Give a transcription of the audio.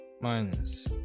minus